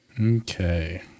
Okay